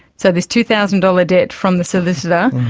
so this two thousand dollars debt from the solicitor,